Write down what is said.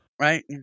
right